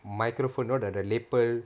microphone know the the lapel